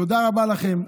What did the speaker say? תודה רבה לכם.